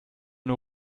nur